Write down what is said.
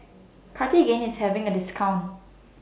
Cartigain IS having A discount